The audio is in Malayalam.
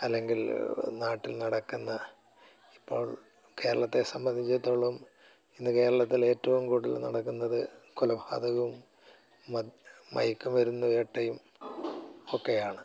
അല്ലെങ്കിൽ നാട്ടിൽ നടക്കുന്ന ഇപ്പോൾ കേരളത്തെ സംബന്ധിച്ചിടത്തോളം ഇന്ന് കേരളത്തിൽ ഏറ്റവും കൂടുതൽ നടക്കുന്നത് കൊലപാതകവും മധ്യ മയക്ക് മരുന്ന് വേട്ടയും ഒക്കെയാണ്